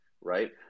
right